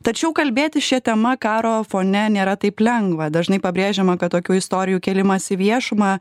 tačiau kalbėti šia tema karo fone nėra taip lengva dažnai pabrėžiama kad tokių istorijų kėlimas į viešumą